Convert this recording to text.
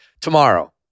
tomorrow